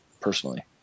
personally